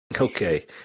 okay